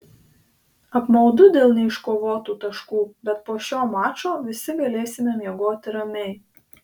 apmaudu dėl neiškovotų taškų bet po šio mačo visi galėsime miegoti ramiai